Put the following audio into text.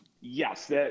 Yes